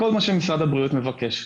כל מה שמשרד הבריאות מבקש.